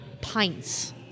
pints